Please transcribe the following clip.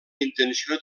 intenció